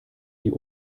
die